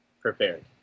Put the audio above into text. prepared